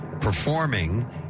performing